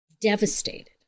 devastated